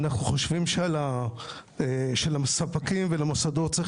אנחנו חושבים שלספקים ולמוסדות צריך